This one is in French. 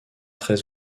très